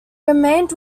remained